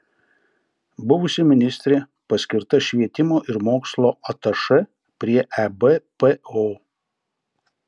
buvusi ministrė paskirta švietimo ir mokslo atašė prie ebpo